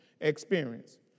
experience